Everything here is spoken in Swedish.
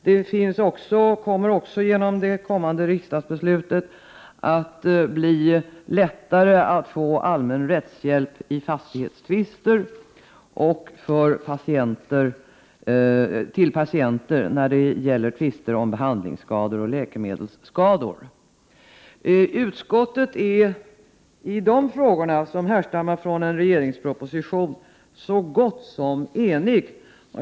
Det kommande riksdagsbeslutet kommer också att innebära att det blir lättare att få allmän rättshjälp i fastighetstvister och till patienter i tvister om behandlingsskador och läkemedelsskador. Utskottet är i dessa frågor som härstammar från en regeringsproposition så gott som enigt.